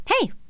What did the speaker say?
Hey